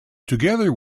together